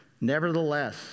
Nevertheless